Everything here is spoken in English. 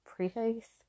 Preface